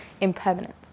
impermanence